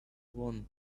one